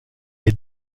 est